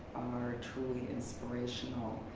are truly inspirational.